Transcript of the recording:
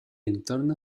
entorno